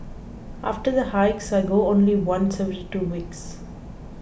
after the hikes I go only once every two weeks